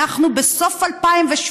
ואנחנו בסוף 2017,